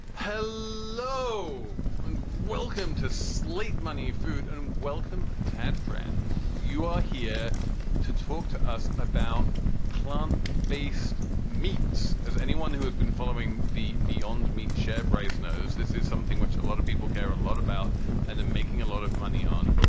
how low will him to sleep? money, food. and welcome. tad, friend, you are here to talk to us about plant based meats. as anyone who has been following the beyond meat share price knows, this is something which a lot of people care a lot about and they're making a lot of money on.